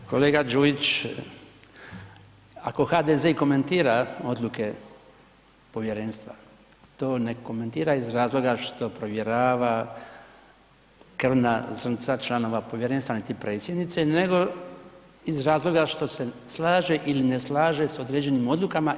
Kolega Đujić ako HDZ-e i komentira odluke Povjerenstva, to ne komentira iz razloga što provjerava krvna zrnca članova Povjerenstva niti predsjednice, nego iz razloga što se slaže ili ne slaže sa određenim odlukama.